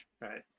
right